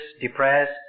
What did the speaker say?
depressed